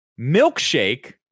Milkshake